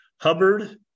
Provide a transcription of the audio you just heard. Hubbard